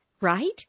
right